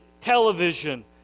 television